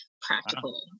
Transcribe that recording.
practical